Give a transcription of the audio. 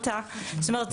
זאת אומרת,